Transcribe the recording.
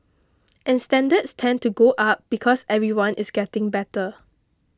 and standards tend to go up because everyone is getting better